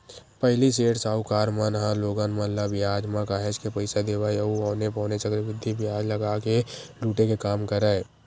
पहिली सेठ, साहूकार मन ह लोगन मन ल बियाज म काहेच के पइसा देवय अउ औने पौने चक्रबृद्धि बियाज लगा के लुटे के काम करय